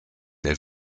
der